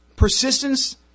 persistence